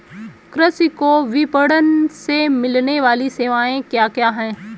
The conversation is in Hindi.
कृषि को विपणन से मिलने वाली सेवाएँ क्या क्या है